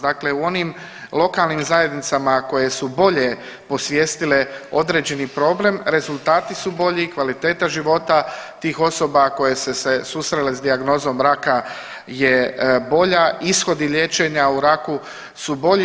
Dakle u onim lokalnim zajednicama koje su bolje posvijestile određeni problem rezultati su bolji, kvaliteta života tih osoba koje su se susrele sa dijagnozom raka je bolja, ishodi liječenja o raku su bolji.